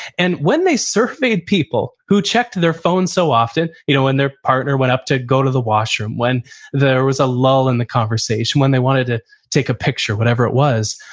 and when they surveyed people who checked their phone so often, you know when their partner went up to go to the washroom, when there was a lull in the conversation, when they wanted to take a picture, whatever it was,